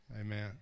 Amen